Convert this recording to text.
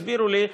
הסבירו לי: